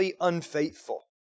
unfaithful